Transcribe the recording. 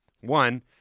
one